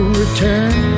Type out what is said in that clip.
return